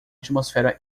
atmosfera